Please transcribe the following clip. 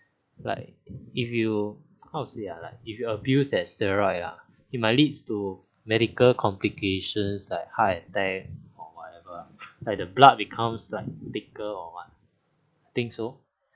like if you how to say ah like if you abused that steroid ah it might leads to medical complications like heart attack or whatever like the blood becomes like thicker or what I think so